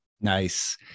Nice